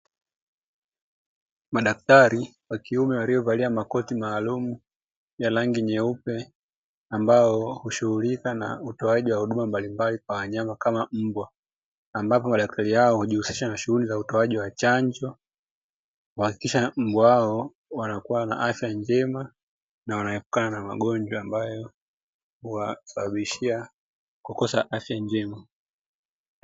Madaktari wa kiume waliovalia makoti maalumu ya rangi nyeupe ambao hushughulika na utoaji wa huduma mbalimbali kwa wanyama kama mbwa, ambapo madaktari hao hujihusisha na shughuli za utoaji wa chanjo kuhakikisha mbwa wao wanakuwa na afya njema na wanaepukana na magonjwa ambayo huwasababishia kukosa afya njema.